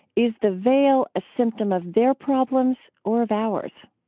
is the veil a symptom of their problems or of ours?